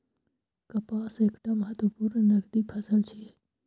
कपास एकटा महत्वपूर्ण नकदी फसल छियै